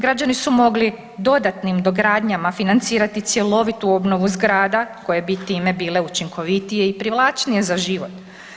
Građani su mogli dodatnim dogradnjama financirati cjelovitu obnovu zgrada koje bi time bile učinkovitije i privlačnije za život.